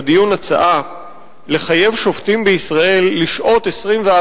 בדיון הצעה לחייב שופטים בישראל לשהות 24